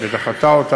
ודחתה אותה.